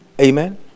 Amen